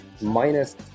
Minus